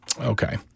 Okay